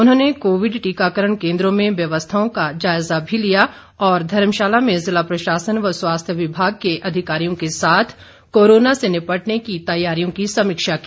उन्होंने कोविड टीकाकरण केंद्रों में व्यवस्थाओं को जायजा भी लिया और धर्मशाला में जिला प्रशासन व स्वास्थ्य विभाग के अधिकारियों के साथ कोरोना से निपटने की तैयारियों की समीक्षा की